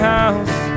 house